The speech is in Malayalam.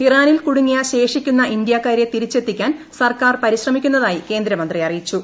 ഇറാനിൽ കുടുങ്ങിയ ശേഷിക്കുന്ന ഇന്ത്യാക്കാരെ തിരിച്ചെത്തിക്കാൻ സർക്കാർ പരിശ്രമിക്കുന്നതായി കേന്ദ്രമന്ത്രി അറിയിച്ചു